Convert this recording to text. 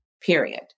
period